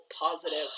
positive